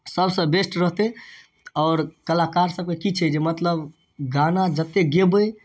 सबसँ बेस्ट रहतै आओर कलाकार सबके की छै जे मतलब गाना जते गेबै